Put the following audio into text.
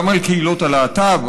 גם על קהילות הלהט"ב,